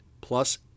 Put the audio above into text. plus